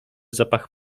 zapach